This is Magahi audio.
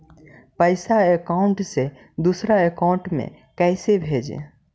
पैसा अकाउंट से दूसरा अकाउंट में कैसे भेजे?